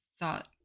thought